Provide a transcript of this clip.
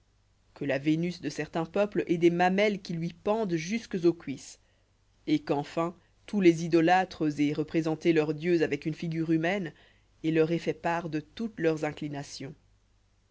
que la vénus de certains peuples ait des mamelles qui lui pendent jusqu'aux cuisses et qu'enfin tous les idolâtres aient représenté leurs dieux avec une figure humaine et leur aient fait part de toutes leurs inclinations